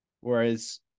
Whereas